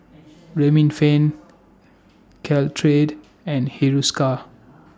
Remifemin Caltrate and Hiruscar